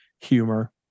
humor